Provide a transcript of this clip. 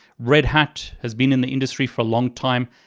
red hat has been in the industry for a long time.